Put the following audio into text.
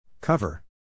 Cover